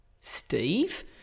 steve